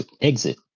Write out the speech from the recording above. exit